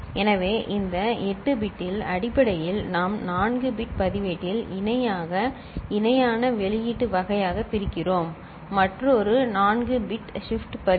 எனவே இந்த 8 பிட்டில் அடிப்படையில் நாம் 4 பிட் பதிவேட்டில் இணையாக இணையான வெளியீட்டு வகையாகப் பிரிக்கிறோம் மற்றொரு 4 பிட் ஷிப்ட் பதிவு